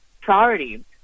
priority